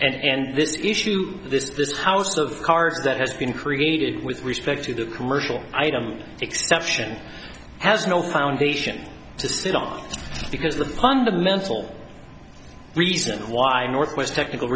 and this issue this this house of cards that has been created with respect to the commercial item exception has no foundation to sit on because the pundit mental reason why northwest technical